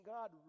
God